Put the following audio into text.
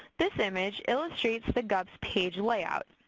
this image illustrates the gups page layout.